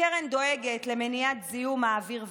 הקרן דואגת למניעת זיהום האוויר והים,